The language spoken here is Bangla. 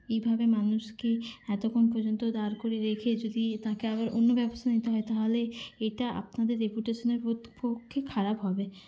এইভাবে মানুষকে এতক্ষণ পর্যন্ত দাঁড় করিয়ে রেখে যদি তাকে আবার অন্য ব্যবস্থা নিতে হয় তাহলে এটা আপনাদের রেপুটেশনের পোত পক্ষে খারাপ হবে